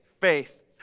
faith